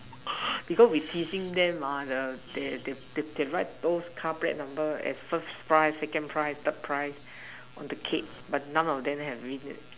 because we teasing them mah the they they write both the car number as first prize second prize third prize on the cake but none of them have win it